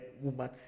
woman